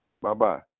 Bye-bye